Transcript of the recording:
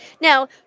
Now